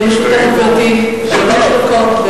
לרשותך, גברתי, שלוש דקות.